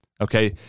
Okay